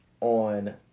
on